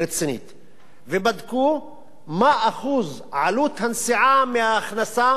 ובדקו מה אחוז עלות הנסיעה מהכנסה לאדם.